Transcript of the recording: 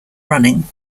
running